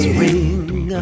ring